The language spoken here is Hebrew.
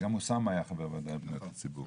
גם אוסאמה היה חבר בוועדה לפניות הציבור.